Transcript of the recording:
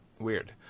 Weird